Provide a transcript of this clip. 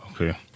Okay